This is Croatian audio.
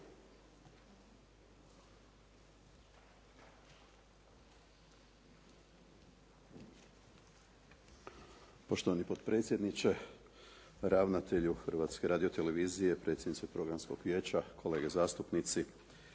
Poštovani potpredsjedniče, ravnatelju Hrvatske radiotelevizije, predsjednice Programskog vijeća, kolege zastupnici.